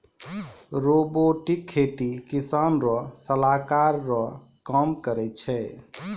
robotic खेती किसान रो सलाहकार रो काम करै छै